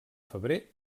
febrer